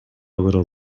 little